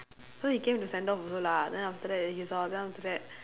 so he came to send off also lah then after that he saw then after that